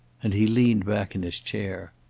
and he leaned back in his chair.